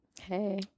Hey